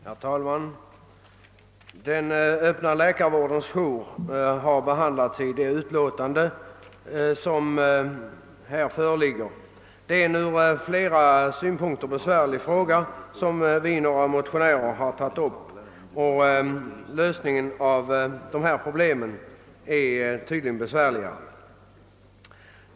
Herr talman! Den öppna läkarvårdens jour har behandlats i det utskottsutlåtande som här föreligger. Det är en ur flera synpunkter besvärlig fråga som vi motionärer tagit upp, och lösningen av dessa problem är tydligen också mycket svår.